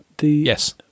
Yes